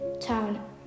town